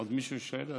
עוד מישהו שואל?